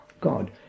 God